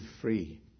free